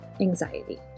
anxiety